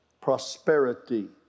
prosperity